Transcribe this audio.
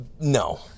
No